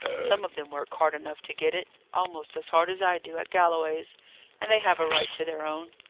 some of them work hard enough to get it almost as hard as i do at galloway's and they have a right to their own.